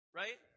right